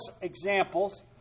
examples